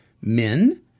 men